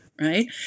right